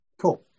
Cool